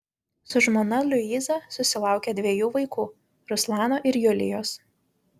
su žmona liuiza susilaukė dviejų vaikų ruslano ir julijos